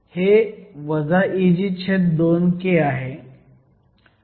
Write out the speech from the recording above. हे Eg2k आहे